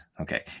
Okay